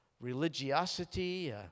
religiosity